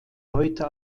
heute